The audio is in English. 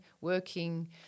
working